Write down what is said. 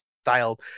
style